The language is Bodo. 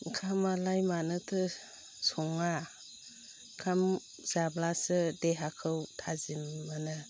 ओंखामालाय मानोथो सङा ओंखाम जाब्लासो देहाखौ थाजिम मोनो